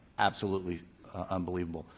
absolutely unbelievable.